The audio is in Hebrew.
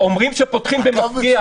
אומרים שפותחים במפגיע.